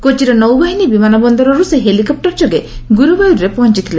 କୋଚିର ନୌବାହିନୀ ବିମାନବନ୍ଦରରୁ ସେ ହେଲିକପ୍ଟର ଯୋଗେ ଗୁରୁଭାୟୁର୍ରେ ପହଞ୍ଚଥିଲେ